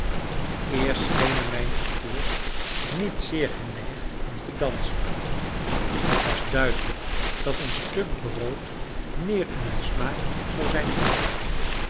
eerst schenen mijne acteurs niet zeer geneigd om te dansen het was duidelijk dat een stuk brood meer in hun smaak zou zijn gevallen